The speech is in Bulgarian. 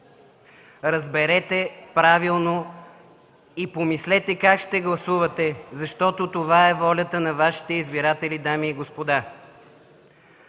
Разберете правилно и помислете как ще гласувате, защото това е волята на Вашите избиратели, дами и господа.